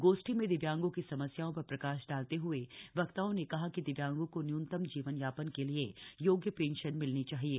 गोष्ठी में दिव्यांगों की समस्याओं पर प्रकाश डालते हवे वक्ताओं ने कहा कि दिव्यांगों को न्यूनतम जीवन यापन के लिये योग्य पेन्शन मिलनी चाहिये